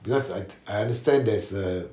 because I I understand there's a